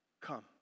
come